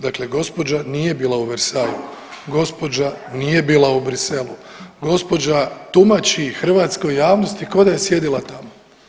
Dakle, gospođa nije bila u Versaillesu, gospođa nije bila u Briselu, gospođa tumači hrvatskoj javnosti koda je sjedila tamo.